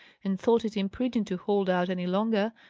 and thought it imprudent to hold out any longer,